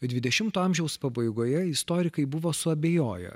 dvidešimto amžiaus pabaigoje istorikai buvo suabejoję